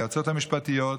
ליועצות המשפטיות,